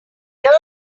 dirt